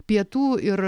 pietų ir